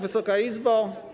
Wysoka Izbo!